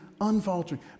unfaltering